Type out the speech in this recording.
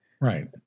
Right